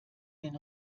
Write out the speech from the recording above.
den